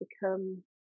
become